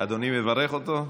אדוני מברך אותו?